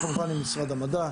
כמובן שיתוף עם משרד המדע,